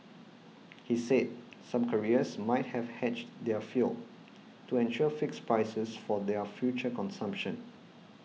he said some carriers might have hedged their fuel to ensure fixed prices for their future consumption